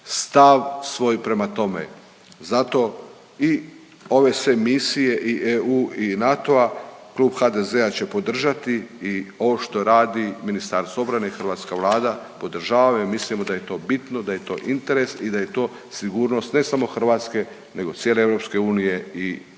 stav svoj prema tome. Zato i ove se misije i EU i NATO-a klub HDZ-a će podržati i ovo što radi Ministarstvo obrane i hrvatska Vlada podržavaju, mislimo da je to bitno, da je to interes i da je to sigurnost ne samo Hrvatske nego cijele EU i NATO